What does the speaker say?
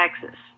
Texas